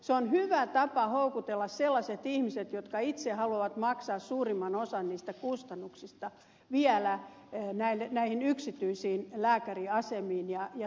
se on hyvä tapa houkutella sellaiset ihmiset jotka itse haluavat maksaa suurimman osan niistä kustannuksista näihin yksityisiin lääkäriasemiin ja sairaaloihin